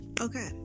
Okay